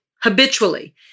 habitually